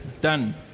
Done